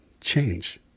change